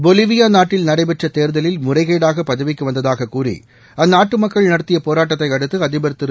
Bolivia நாட்டில் நடைபெற்ற தேர்தலில் முறைகேடாக பதவிக்கு வந்ததாகக் கூறி அந்நாட்டு மக்கள் நடத்திய போராட்டத்தை அடுத்து அதிபர் திரு